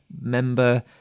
member